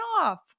off